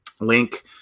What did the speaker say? link